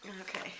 Okay